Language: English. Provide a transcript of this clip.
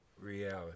reality